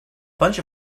bunch